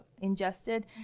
ingested